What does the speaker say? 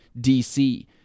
DC